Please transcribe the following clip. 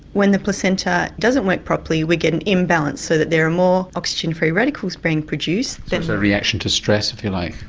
when the placenta doesn't work properly we get an imbalance so that there are more oxygen free radicals being produced. so it's a reaction to stress if you like?